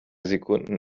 sekunden